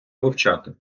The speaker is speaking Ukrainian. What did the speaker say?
вивчати